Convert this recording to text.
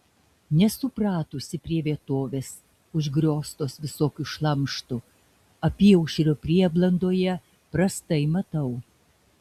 nesu pratusi prie vietovės užgrioztos visokiu šlamštu apyaušrio prieblandoje prastai matau